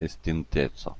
estinteco